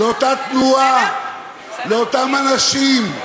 לאותה תנועה, לאותם אנשים: